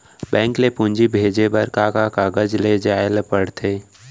Bank से पूंजी भेजे बर का का कागज ले जाये ल पड़थे?